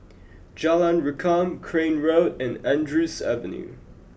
Jalan Rukam Crane Road and Andrews Avenue